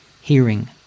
hearing